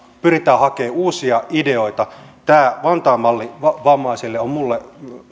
pyritään hakemaan uusia ideoita tämä vantaan malli vammaisille on minulle